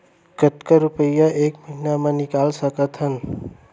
कतका रुपिया एक महीना म निकाल सकथन?